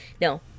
No